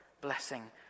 blessing